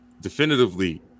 definitively